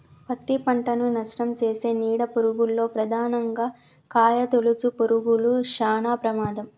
పత్తి పంటను నష్టంచేసే నీడ పురుగుల్లో ప్రధానంగా కాయతొలుచు పురుగులు శానా ప్రమాదం